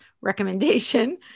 recommendation